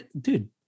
dude